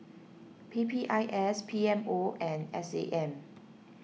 P P I S P M O and S A M